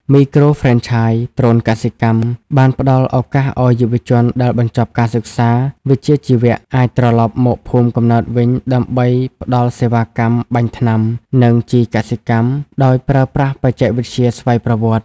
មីក្រូហ្វ្រេនឆាយ ដ្រូនកសិកម្ម បានផ្ដល់ឱកាសឱ្យយុវជនដែលបញ្ចប់ការសិក្សាវិជ្ជាជីវៈ អាចត្រឡប់មកភូមិកំណើតវិញដើម្បីផ្ដល់សេវាកម្មបាញ់ថ្នាំ និងជីកសិកម្មដោយប្រើប្រាស់បច្ចេកវិទ្យាស្វ័យប្រវត្តិ។